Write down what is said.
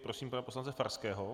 Prosím pana poslance Farského.